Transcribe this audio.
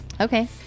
Okay